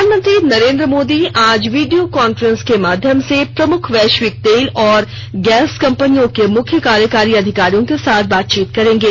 प्रधानमंत्री नरेन्द्र मोदी आज video conference के माध्यम से प्रमुख वैश्विक तेल और गैस कंपनियों के मुख्य कार्यकारी अधिकारियों के साथ बातचीत करेंगे